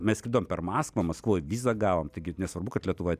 mes skridom per maskvą maskvoj vizą gavom taigi nesvarbu kad lietuva